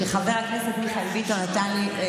שחבר הכנסת מיכאל ביטון נתן לי